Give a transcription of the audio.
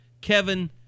Kevin